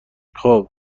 خوب